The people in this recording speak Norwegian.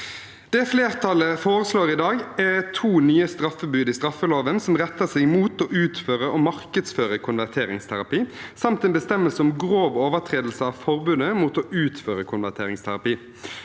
Det flertallet foreslår i dag, er to nye straffebud i straffeloven som retter seg mot å utføre og markedsføre konverteringsterapi, samt en bestemmelse om grov overtredelse av forbudet mot å utføre konverteringsterapi.